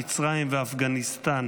מצרים ואפגניסטן"